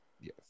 Yes